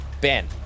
Ben